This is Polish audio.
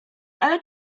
ale